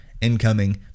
incoming